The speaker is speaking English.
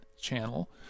channel